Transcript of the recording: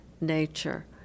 nature